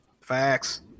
Facts